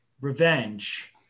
revenge